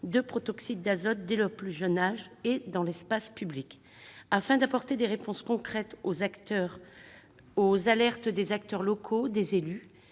de protoxyde d'azote dès leur plus jeune âge et dans l'espace public. Afin d'apporter des réponses concrètes aux alertes des acteurs locaux, des élus,